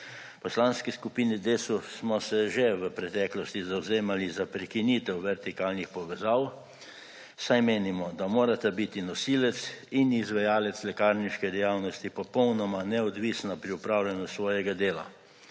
Poslanski skupini Desus smo se že v preteklosti zavzemali za prekinitev vertikalnih povezav, saj menimo, da morata biti nosilec in izvajalec lekarniške dejavnosti popolnoma neodvisna pri opravljanju svojega dela.